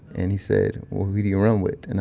and he said well, who do you run with? and